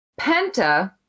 Penta